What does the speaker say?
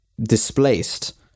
displaced